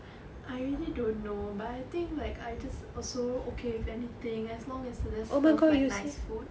I really don't know but I think like I just also okay with anything as long as the restaurant has nice food